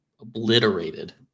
obliterated